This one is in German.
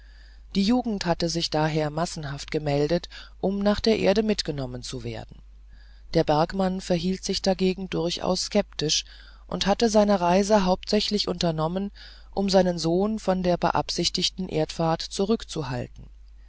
die jugend hatte sich daher massenhaft gemeldet um nach der erde mitgenommen zu werden der bergmann verhielt sich dagegen durchaus skeptisch und hatte seine reise hauptsächlich unternommen um seinen sohn von der beabsichtigten erdfahrt zurückzuhalten